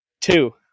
Two